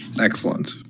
Excellent